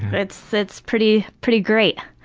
it's it's pretty pretty great.